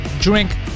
Drink